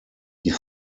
die